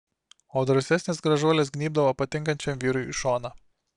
o drąsesnės gražuolės gnybdavo patinkančiam vyrui į šoną